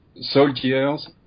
soldiers